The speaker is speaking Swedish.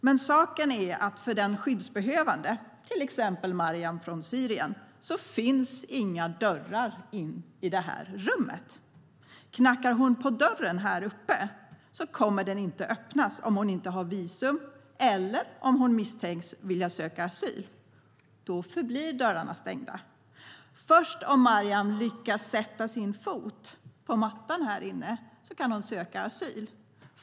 Men saken är den att för den skyddsbehövande - till exempel Maryam från Syrien - finns inga dörrar in i detta rum. Knackar hon på dörren här uppe kommer den inte att öppnas om hon inte har visum eller om hon misstänks vilja söka asyl. Då förblir dörrarna stängda. Först om Maryam lyckas sätta sin fot på mattan härinne kan hon söka asyl.